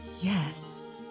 Yes